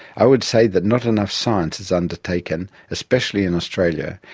i would say that not enough science is undertaken, especially in australia,